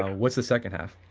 ah what is the second half?